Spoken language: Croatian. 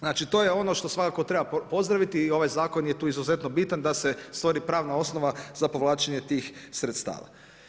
Znači to je ono što svakako treba pozdraviti i ovaj zakon je tu izuzetno bitan, da se stvori pravna osnova za povlačenje tih sredstava.